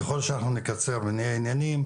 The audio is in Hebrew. ככל שאנחנו נקצר ונהיה עניינים,